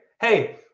Hey